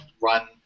run